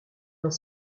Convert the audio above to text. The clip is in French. dans